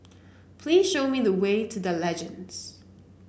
please show me the way to The Legends